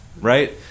right